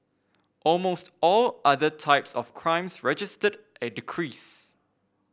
almost all other types of crimes registered a decrease